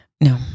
No